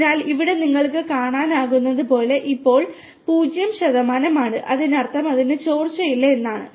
അതിനാൽ ഇവിടെ നിങ്ങൾക്ക് കാണാനാകുന്നതുപോലെ ഇത് ഇപ്പോൾ പൂജ്യം ശതമാനമാണ് അതിനർത്ഥം അതിന് ചോർച്ചയില്ല എന്നാണ്